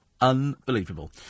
Unbelievable